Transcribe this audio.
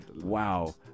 Wow